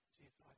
Jesus